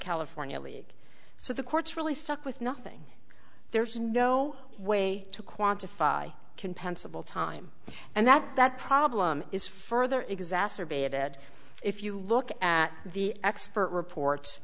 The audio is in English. california league so the courts really stuck with nothing there's no way to quantify compensable time and that that problem is further exacerbated if you look at the expert reports